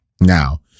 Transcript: Now